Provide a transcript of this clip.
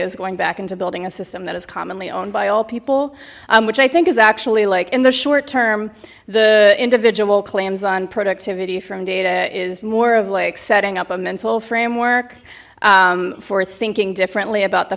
is going back into building a system that is commonly owned by all people which i think is actually like in the short term the individual claims on productivity from data is more of like setting up a mental framework for thinking differently about the